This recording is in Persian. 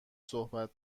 صحبت